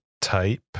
type